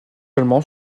allemand